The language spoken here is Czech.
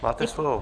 Máte slovo.